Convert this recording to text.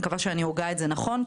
אני מקווה שאני הוגה את זה נכון,